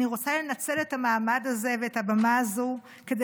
אני רוצה לנצל את המעמד הזה ואת הבמה הזו כדי